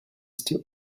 still